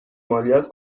مالیات